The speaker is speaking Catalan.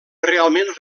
realment